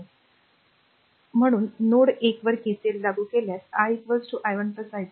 R 2 म्हणून आणि node 1 वर केसीएल लागू केल्यास i i1 i2